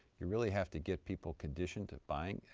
you really have to get people conditioned to buying,